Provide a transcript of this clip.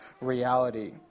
reality